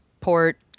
port